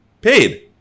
paid